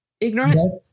ignorant